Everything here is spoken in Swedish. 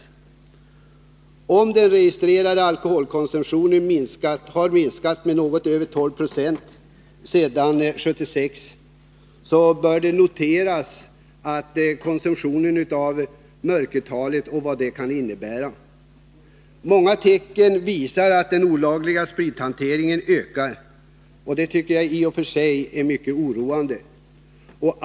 Onsdagen den Om den registrerade alkoholkonsumtionen har minskat med något över 28 april 1982 12 70 sedan 1976, så bör man notera den konsumtion som mörkertalet kan innebära. Många tecken visar att den olagliga sprithanteringen ökar, och det Alkoholoch narär i sig mycket oroande.